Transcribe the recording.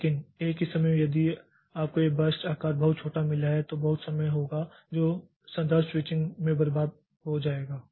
लेकिन एक ही समय में यदि आपको ये बर्स्ट आकार बहुत छोटा मिला है तो बहुत समय होगा जो संदर्भ स्विचिंग में बर्बाद हो जाएगा